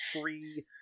free